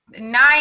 nine